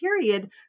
period